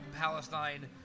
Palestine